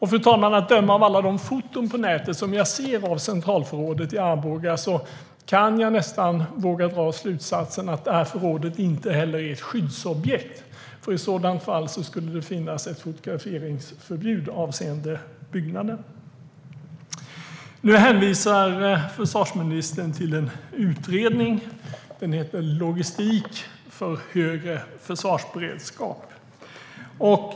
Fru talman! Att döma av alla de foton på nätet som jag ser av centralförrådet i Arboga kan jag nästan våga dra slutsatsen att förrådet inte heller är ett skyddsobjekt, för i sådant fall skulle det finnas ett fotograferingsförbud avseende byggnaden. Nu hänvisar försvarsministern till en utredning som heter Logistik för högre försvarsberedskap .